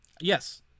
Yes